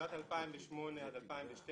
שנת 2008 עד 2012